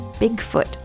Bigfoot